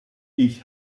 ich